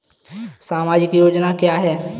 सामाजिक योजना क्या है?